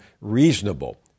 reasonable